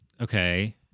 okay